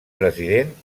president